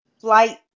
flight